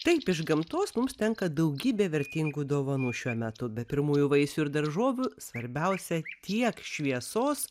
taip iš gamtos mums tenka daugybė vertingų dovanų šiuo metu be pirmųjų vaisių ir daržovių svarbiausia tiek šviesos